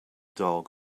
dog